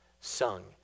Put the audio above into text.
sung